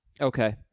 Okay